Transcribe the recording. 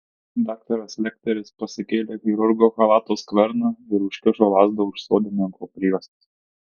daktaras lekteris pasikėlė chirurgo chalato skverną ir užkišo lazdą už sodininko prijuostės